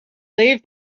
leave